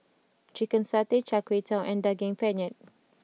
Chicken Satay Char Kway Teow and Daging Penyet